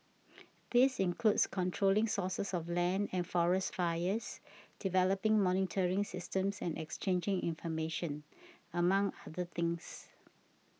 this includes controlling sources of land and forest fires developing monitoring systems and exchanging information among other things